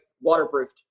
Waterproofed